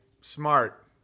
Smart